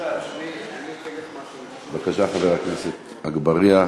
בבקשה, חבר הכנסת אגבאריה,